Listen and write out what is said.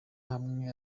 hamwe